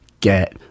get